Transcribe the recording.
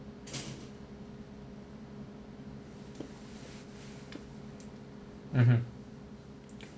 mmhmm